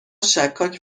شکاک